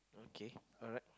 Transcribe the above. okay alright